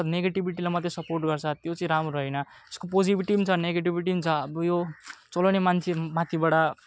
हतपत निगेटिभिचीलाई मात्रै सपोर्ट गर्छ त्यो चाहिँ राम्रो होइन त्यसको पोजिटिभिटी पनि छ निगेटिभिटी नि छ अब यो चलाउने मान्छे माथिबाट हो